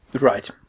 Right